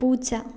പൂച്ച